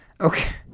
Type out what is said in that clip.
Okay